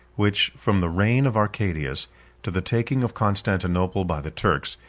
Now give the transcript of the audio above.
which, from the reign of arcadius to the taking of constantinople by the turks,